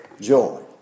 joy